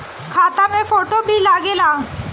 खाता मे फोटो भी लागे ला?